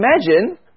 imagine